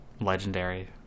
legendary